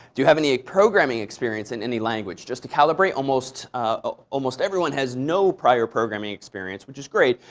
do you have any ah programming experience in any language? just to calibrate, almost ah almost everyone has no prior programming experience, which is great.